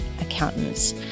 accountants